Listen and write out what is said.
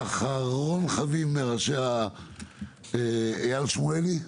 אחרון חביב אייל שמואלי,